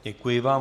Děkuji vám.